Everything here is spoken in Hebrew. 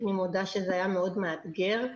אני מודה שזה היה מאתגר מאוד.